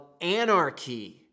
anarchy